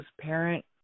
parent